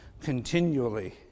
continually